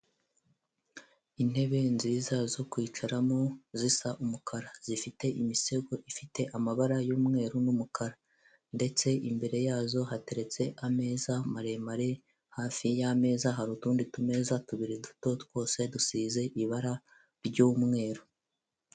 Intebe nziza zo kwicaramo zisa umukara zifite imisego ifite amabara yu'mweru n'umukara ndetse imbere yazo hateretse ameza maremare hafi yameza hari utundi tumeza tubiri duto twose dusize ibara ry'umweru.